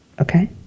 Okay